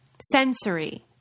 sensory